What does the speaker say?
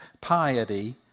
piety